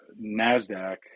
NASDAQ